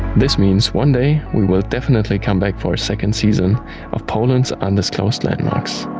this means one day, we will definitely come back for a second season of poland's undisclosed landmarks.